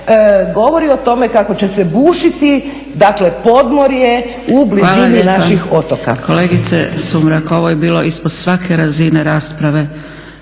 govori o tome kako će se bušiti podmorje u blizini naših otoka. **Zgrebec, Dragica (SDP)** Hvala lijepa. Kolegice Sumrak ovo je bilo ispod svake razine rasprave,